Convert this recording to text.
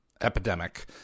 epidemic